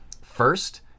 first